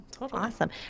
awesome